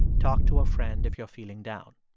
talk to a friend if you're feeling down.